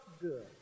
good